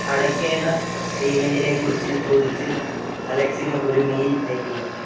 അടയ്ക്കേണ്ട പേയ്മെൻ്റിനെക്കുറിച്ച് ചോദിച്ച് അലക്സിന് ഒരു മെയിൽ അയക്കുക